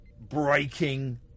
breaking